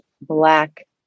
Black